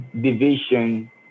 division